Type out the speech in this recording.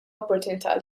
opportunità